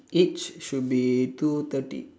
each should be two thirty